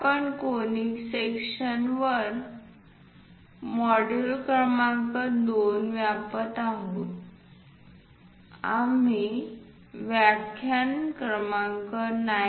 आपण कोनिक सेक्शन्सवर मॉड्यूल क्रमांक 2 व्यापत आहोत आम्ही व्याख्यान क्रमांक 9